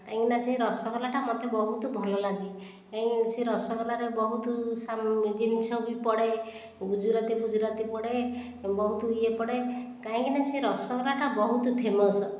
କାହିଁକିନା ସେ ରସଗୋଲା ଟା ମୋତେ ବହୁତ ଭଲ ଲାଗେ କାହିଁକି ସେ ରସଗୋଲା ରେ ସେ ବହୁତ ଜିନିଷ ବି ପଡ଼େ ଗୁଜୁରାତି ଫୁଜୁରାତି ପଡ଼େ ବହୁତ ୟେ ପଡ଼େ କାହିଁକିନା ସେ ରସଗୋଲା ଟା ବହୁତ ଫେମସ୍